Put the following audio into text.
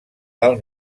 del